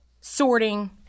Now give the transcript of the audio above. sorting